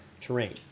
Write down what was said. terrain